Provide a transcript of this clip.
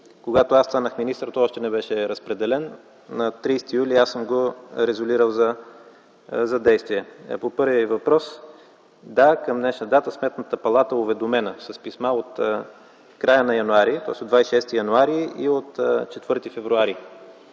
Когато аз станах министър, той още не беше разпределен. На 30 юли съм го резолирал за действие. По първия въпрос. Да, към днешна дата Сметната палата е уведомена с писма от 26 януари и от 4 февруари